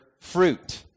fruit